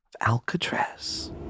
Alcatraz